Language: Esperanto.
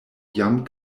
jam